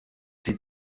die